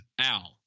Al